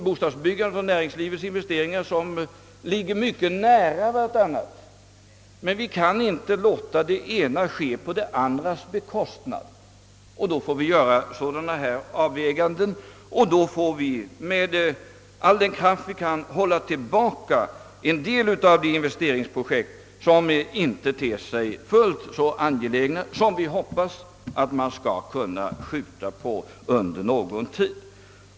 Bostadsbyggandet och näringslivets investeringar är områden som ligger mycket nära varandra, och vi kan inte låta det ena svälla ut på det andras bekostnad, utan vi måste göra avväganden. Med all den kraft vi är mäktiga måste vi hålla tillbaka en del av de investeringsprojekt som inte ter sig fullt så angelägna och som vi hoppas att man skall kunna uppskjuta någon tid.